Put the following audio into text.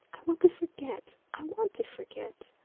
i want to forget, i want to forget!